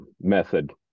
method